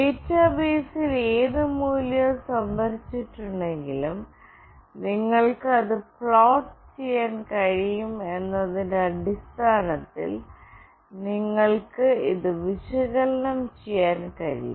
ഡാറ്റാബേസിൽ ഏത് മൂല്യവും സംഭരിച്ചിട്ടുണ്ടെങ്കിലും നിങ്ങൾക്ക് അത് പ്ലോട്ട് ചെയ്യാൻ കഴിയുമെന്നതിന്റെ അടിസ്ഥാനത്തിൽ നിങ്ങൾക്ക് അത് വിശകലനം ചെയ്യാൻ കഴിയും